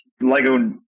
LEGO